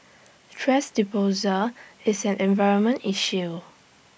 thrash disposal is an environmental issue